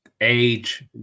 Age